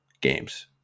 games